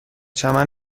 چمن